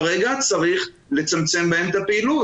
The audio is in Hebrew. כרגע צריך לצמצם בהם את הפעילות.